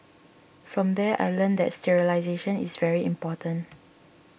from there I learnt that sterilisation is very important